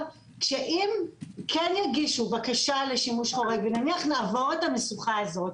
כשאם כן יגישו בקשה לשימוש חורג ונניח נעבור את המשוכה הזאת,